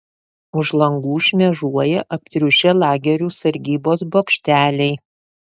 už langų šmėžuoja aptriušę lagerių sargybos bokšteliai